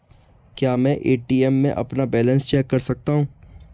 क्या मैं ए.टी.एम में अपना बैलेंस चेक कर सकता हूँ?